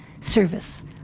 Service